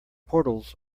portals